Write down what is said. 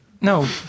No